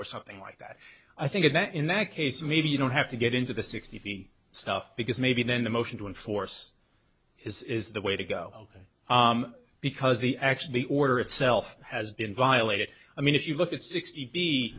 or something like that i think that in that case maybe you don't have to get into the sixty stuff because maybe then the motion to enforce is is the way to go because the action the order itself has been violated i mean if you look at sixty b